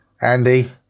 Andy